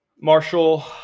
Marshall